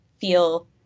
feel